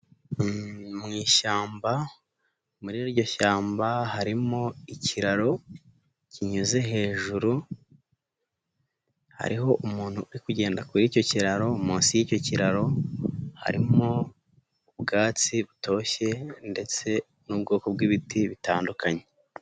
Mu ishyamba, muri iryo shyamba harimo ikiraro kinyuze hejuru, hariho umuntu uri kugenda kuri icyo kiraro, munsi y'icyo kiraro harimo ubwatsi butoshye ndetse n'ubwoko bw'ibiti bitandukanye.